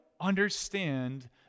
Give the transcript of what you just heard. understand